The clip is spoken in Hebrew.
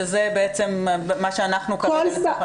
שזה מה שאנחנו קבענו?